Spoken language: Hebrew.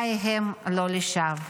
חיי הם לא לשווא,